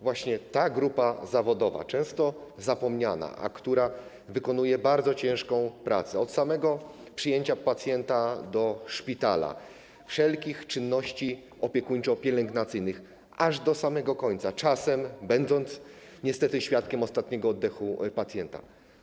Właśnie ta grupa zawodowa często jest zapomniana, a wykonuje bardzo ciężką pracę od samego przyjęcia pacjenta do szpitala, po wszelkie czynności opiekuńczo-pielęgnacyjne, aż do samego końca, czasem jest niestety świadkiem ostatniego oddechu pacjenta.